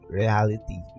reality